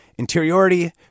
Interiority